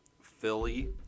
Philly